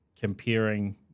comparing